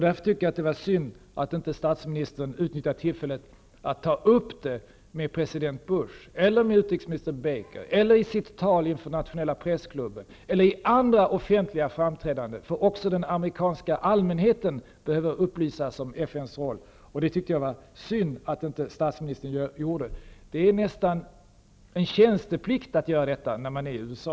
Det var därför synd att inte statsministern utnyttjade tillfället att ta upp frågan med president Bush, eller med utrikesminister Baker, eller i sitt tal inför nationella pressklubben, eller i andra offentliga framträdanden. Också den amerikanska allmänheten behöver upplysas om FN:s roll. Jag tycker det är synd att statsministern inte gjorde det. Det är nästan en tjänsteplikt att göra detta när man är i USA.